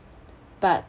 but